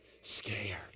Scared